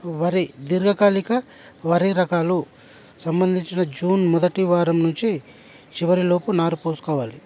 వరి దీర్ఘకాలిక వరి రకాలు సంబందించిన జూన్ మొదటి వారం నుంచి చివరిలో లోపు నారు పోసుకోవాలి